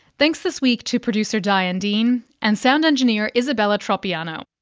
thanks this week to producer diane dean, and sound engineer isabella tropiano.